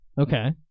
Okay